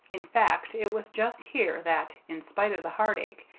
in fact, it was just here that, in spite of the heartache,